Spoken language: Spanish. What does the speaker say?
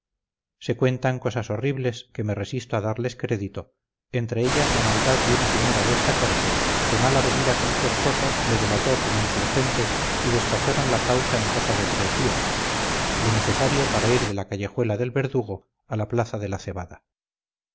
se cuentan cosas horribles que me resisto a darles crédito entre ellas la maldad de una señora de esta corte que mal avenida con su esposo le delató como insurgente y despacharon la causa en cosa de tres días lo necesario para ir de la callejuela del verdugo a la plaza de la cebada